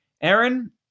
Aaron